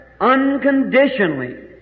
unconditionally